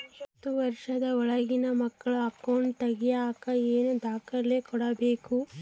ಹತ್ತುವಷ೯ದ ಒಳಗಿನ ಮಕ್ಕಳ ಅಕೌಂಟ್ ತಗಿಯಾಕ ಏನೇನು ದಾಖಲೆ ಕೊಡಬೇಕು?